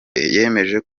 yemeje